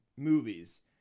movies